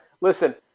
Listen